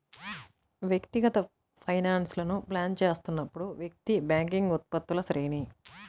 వ్యక్తిగత ఫైనాన్స్లను ప్లాన్ చేస్తున్నప్పుడు, వ్యక్తి బ్యాంకింగ్ ఉత్పత్తుల శ్రేణి